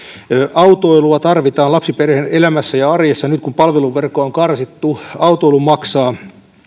autoilua tarvitaan lapsiperheiden elämässä ja arjessa nyt kun palveluverkkoa on karsittu autoilu maksaa